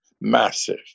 massive